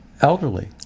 elderly